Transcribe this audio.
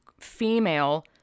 female